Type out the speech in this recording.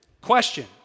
Question